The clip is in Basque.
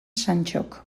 santxok